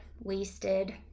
wasted